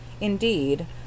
indeed